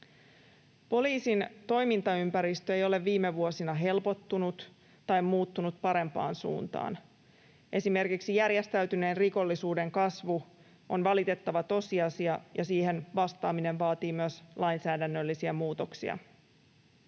Poliisin toimintaympäristö ei ole viime vuosina helpottunut tai muuttunut parempaan suuntaan. Esimerkiksi järjestäytyneen rikollisuuden kasvu on valitettava tosiasia, ja siihen vastaaminen vaatii myös lainsäädännöllisiä muutoksia.